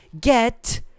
get